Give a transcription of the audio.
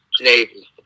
Navy